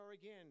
again